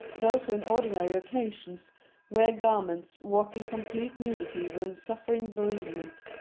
those who on ordinary occasions wear garments walk in complete nudity when suffering bereavement.